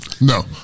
No